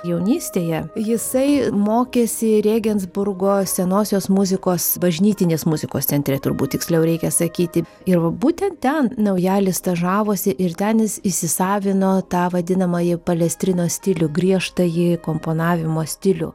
jaunystėje jisai mokėsi rėgensburgo senosios muzikos bažnytinės muzikos centre turbūt tiksliau reikia sakyti ir va būtent ten naujalis stažavosi ir ten jis įsisavino tą vadinamąjį palestrino stilių griežtąjį komponavimo stilių